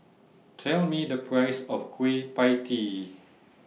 Tell Me The Price of Kueh PIE Tee